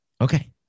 Okay